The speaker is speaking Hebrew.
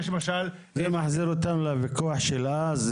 זה מחזיר אותנו לוויכוח דאז,